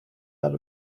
out